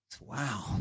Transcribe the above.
Wow